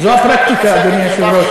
זאת הבעיה, זאת הפרקטיקה, אדוני היושב-ראש.